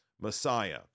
Messiah